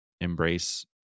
embrace